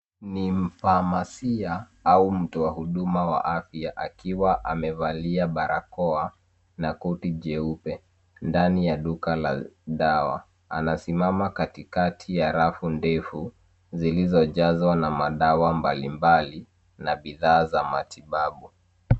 Ni mfamasia au mtu wa huduma wa afya akiwa amevalia barakoa na koti jeupe ndani ya duka la dawa anasimama kati kati ya rafu ndefu zilizojazwa na madawa mbali mbali na bidhaa za matibabu